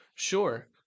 Sure